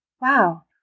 wow